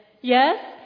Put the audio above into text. Yes